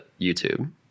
YouTube